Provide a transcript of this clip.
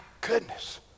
goodness